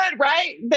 right